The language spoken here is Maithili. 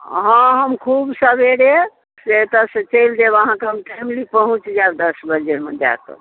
आ हॅं हम खूब सबेरे से एतऽ सँ चलि देब अहाँके हम टाइमली पहुँच जायब दस बजे मे जाकऽ